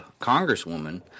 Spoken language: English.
congresswoman